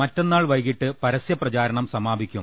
മറ്റന്നാൾ വൈകിട്ട് പരസ്യ പ്രചാരണം സമാ പിക്കും